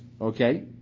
okay